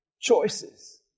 choices